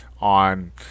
on